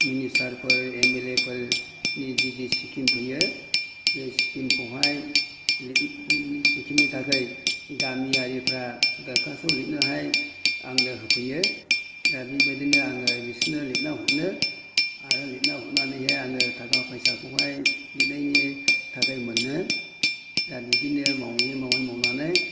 मिनिस्टारफोर M L A फोरनि जि जि स्किम फैयो बे स्किमखौहाय स्किमनि थाखाय गामियारिफोरा दर्खास्त' लिरनोहाय आंनो होफैयो दा बेबायदिनो आङो बिसोरनो लिरना हरो आरो लिरना हरनानैहाय आङो थाखा फैसाखौहाय लिरनायनि थाखाय मोनो दा बिदिनो मावै मावै मावनानै